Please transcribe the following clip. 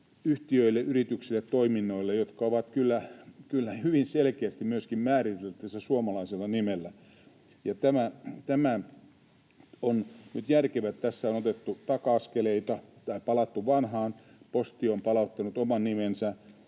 yhtiöille, yrityksille, toiminnoille, jotka ovat kyllä hyvin selkeästi myöskin määriteltävissä suomalaisella nimellä. Ja tämä on nyt järkevää, että tässä on otettu taka-askeleita tai palattu vanhaan. Posti on palauttanut oman nimensä,